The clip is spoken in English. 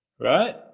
right